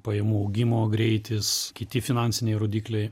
pajamų augimo greitis kiti finansiniai rodikliai